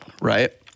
right